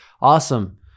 awesome